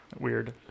weird